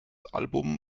album